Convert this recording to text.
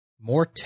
More